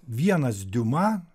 vienas diuma